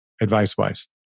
advice-wise